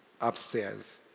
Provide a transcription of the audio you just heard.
upstairs